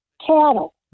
cattle